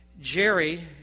Jerry